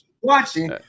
watching